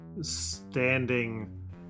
standing